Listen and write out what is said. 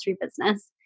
business